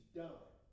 done